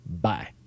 Bye